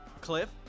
Cliff